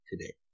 today